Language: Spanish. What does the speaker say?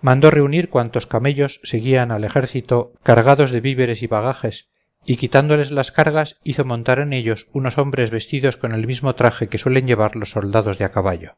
mandó reunir cuantos camellos seguían al ejército cargad los de víveres y bagajes y quitándoles las cargas hizo montar en ellos unos hombres vestidos con el mismo traje que suelen llevar los soldados de a caballo